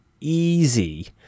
easy